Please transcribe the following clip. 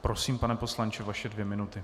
Prosím, pane poslanče, vaše dvě minuty.